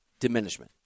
Diminishment